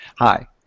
Hi